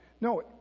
No